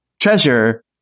treasure